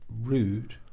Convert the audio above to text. rude